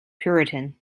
puritan